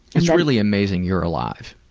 it's really amazing you're alive.